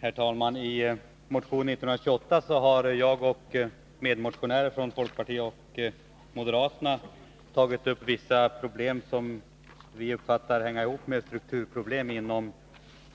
Herr talman! I motion 1981/82:1928 har jag och medmotionärer från folkpartiet och moderata samlingspartiet tagit upp vissa problem som vi uppfattar hänger ihop med strukturproblem inom